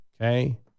Okay